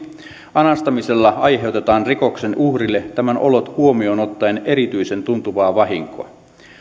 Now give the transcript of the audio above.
anastamisella aiheutetaan rikoksen uhrille tämän olot huomioon ottaen erityisen tuntuvaa vahinkoa